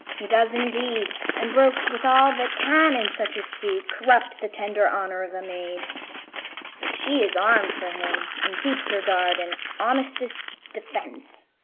he does, indeed and brokes with all that can in such a suit corrupt the tender honour of a maid but she is arm'd for him, and keeps her guard in honestest defence.